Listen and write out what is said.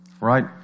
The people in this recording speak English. Right